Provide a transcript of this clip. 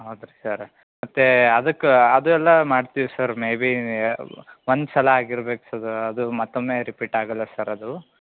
ಹೌದ್ರಿ ಸರ್ರ ಮತ್ತು ಅದಕ್ಕೆ ಅದು ಎಲ್ಲ ಮಾಡ್ತೀವಿ ಸರ್ ಮೇ ಬಿ ಒಂದು ಸಲ ಆಗಿರ್ಬೇಕು ಸದ ಅದು ಮತ್ತೊಮ್ಮೆ ರಿಪೀಟ್ ಆಗೋಲ್ಲ ಸರ್ ಅದು